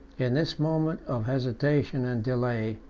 in this moment of hesitation and delay,